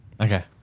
Okay